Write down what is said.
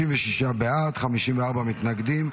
36 בעד, 54 מתנגדים.